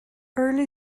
early